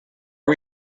are